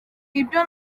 ibyo